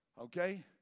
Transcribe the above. okay